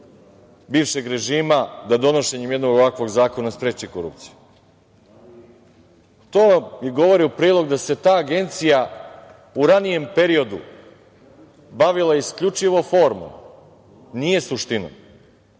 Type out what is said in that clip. bivšeg režima da donošenjem jednog ovakvog zakona spreči korupcija. To govori u prilog da se ta Agencija u ranijem periodu bavila isključivo formom, nije suštinom.